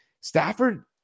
Stafford